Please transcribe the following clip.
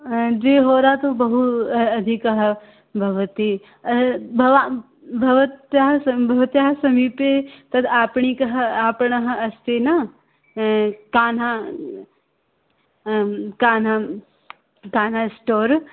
द्विहोरा तु बहु अधिकः भवति भवा भवत्यः भवत्याः समीपे तद् आपणिकः आपणः अस्ति न कान्हा कान्हां कान्हा स्टोर्